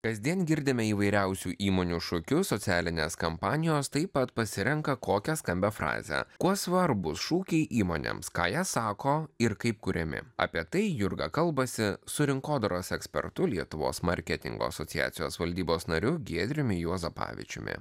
kasdien girdime įvairiausių įmonių šūkius socialinės kampanijos taip pat pasirenka kokią skambią frazę kuo svarbūs šūkiai įmonėms ką jie sako ir kaip kuriami apie tai jurga kalbasi su rinkodaros ekspertu lietuvos marketingo asociacijos valdybos nariu giedriumi juozapavičiumi